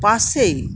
পাশেই